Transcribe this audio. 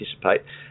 participate